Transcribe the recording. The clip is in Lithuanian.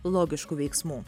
logiškų veiksmų